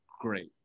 great